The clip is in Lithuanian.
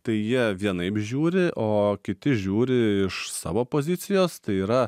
tai jie vienaip žiūri o kiti žiūri iš savo pozicijos tai yra